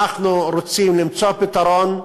אנחנו רוצים למצוא פתרון.